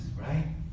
right